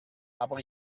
aber